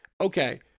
okay